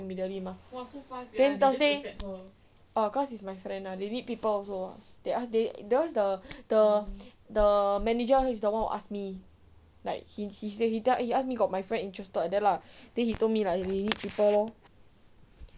immediately mah then thursday orh cause it's my friend lah they need people also lah they ask because the the the manager he is the one who ask me like he say he tell he ask me got my friend interested like that lah then he told me like he need people lor